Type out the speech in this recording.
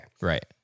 Right